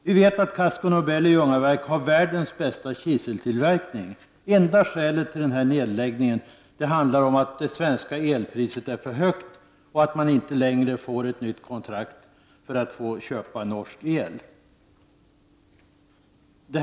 Vi vet att Casco Nobel i Ljungaverk har världens bästa kiseltillverkning. Enda skälet till nedläggning är att det svenska elpriset är för högt och att företaget inte kan förnya sitt kontrakt på norsk elkraft.